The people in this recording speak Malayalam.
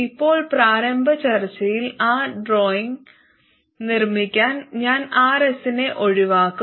ഇപ്പോൾ പ്രാരംഭ ചർച്ചയിൽ ആ ഡ്രോയിംഗ് നിർമ്മിക്കാൻ ഞാൻ RS നെ ഒഴിവാക്കും